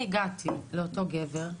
אני הגעתי לאותו גבר,